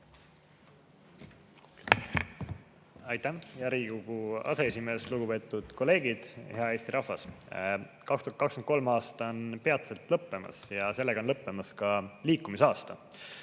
Aitäh, hea Riigikogu aseesimees! Lugupeetud kolleegid! Hea Eesti rahvas! 2023. aasta on peatselt lõppemas ja seega on lõppemas ka liikumisaasta.